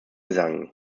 sangen